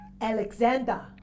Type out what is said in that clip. Alexander